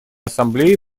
ассамблеи